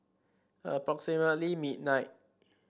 approximately midnight